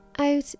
out